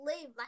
leave